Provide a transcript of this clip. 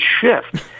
shift